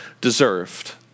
deserved